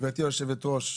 גברתי יושבת הראש,